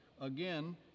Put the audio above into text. Again